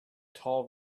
tall